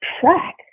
track